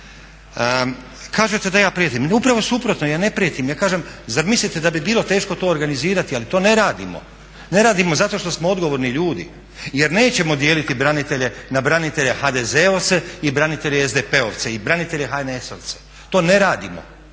Kažete da ja prijetim. Upravo suprotno, ja ne prijetim, ja kažem zar mislite da bi bilo teško to organizirati ali to ne radimo, ne radimo zato što smo odgovorni ljudi jer nećemo dijeliti branitelje na branitelje HDZ-ovce i branitelje SDP-ovce i branitelje HNS-ovce. To ne radimo.